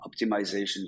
optimization